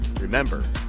Remember